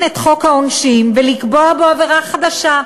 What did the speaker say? את חוק העונשין ולקבוע בו עבירה חדשה,